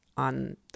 on